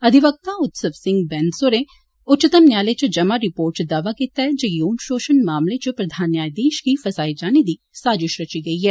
अधिवक्ता उत्सव सिंह बैन्स होरें उच्चतम न्यायालय इच जमा रिपोर्ट इच दावा किया ऐ जे यौन शोषण मामले इच प्रधान न्यायाधीश गी फसाये जाने दी साजिश रची गेई ऐ